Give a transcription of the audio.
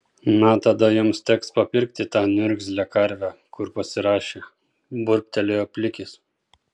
na tada jums teks papirkti tą niurgzlę karvę kur pasirašė burbtelėjo plikis